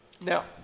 Now